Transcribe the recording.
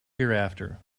hereafter